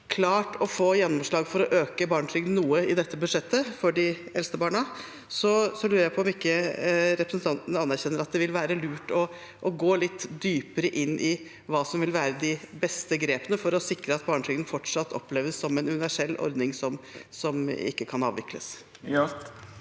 klart å få gjennomslag for å øke barnetrygden noe for de eldste barna, lurer jeg på om ikke representanten anerkjenner at det vil være lurt å gå litt dypere inn i hva som vil være de beste grepene for å sikre at barnetrygden fortsatt oppleves som en universell ordning som ikke kan avvikles.